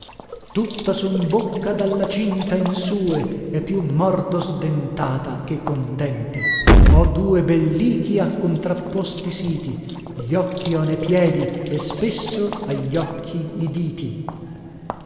tutta son bocca dalla cinta in sue e più mordo sdentata che con dente ho due bellichi a contrapposti siti gli occhi ho ne piedi e spesso a gli occhi i diti